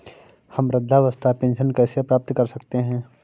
हम वृद्धावस्था पेंशन कैसे प्राप्त कर सकते हैं?